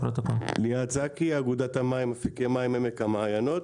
ליעד זאכי, אגודת המים, אפיקי מים, עמק המעיינות,